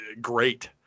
great